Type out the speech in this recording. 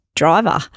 driver